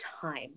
time